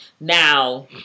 Now